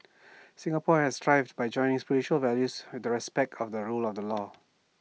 Singapore has thrived by joining spiritual values with the respect of the rule of the law